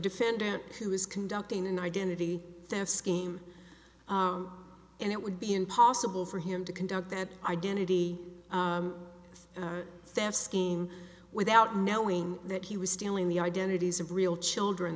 defendant who is conducting an identity theft scheme and it would be impossible for him to conduct that identity theft scheme without knowing that he was stealing the identities of real children